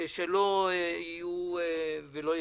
שלא יקבלו.